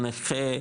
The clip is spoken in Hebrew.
נכה,